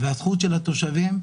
והזכות של התושבים,